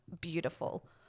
beautiful